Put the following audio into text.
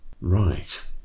Right